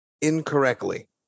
incorrectly